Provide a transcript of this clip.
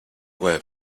web